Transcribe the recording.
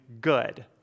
good